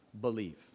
believe